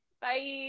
Bye